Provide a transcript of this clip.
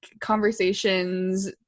conversations